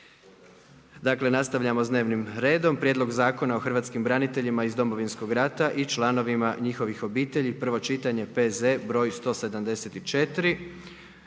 Dakle, nastavljamo s dnevnim redom: - Prijedlog Zakona o hrvatskim braniteljima iz Domovinskog rata i članovima njihovih obitelji, prvo čitanje, P.Z. br. 174